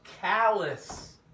callous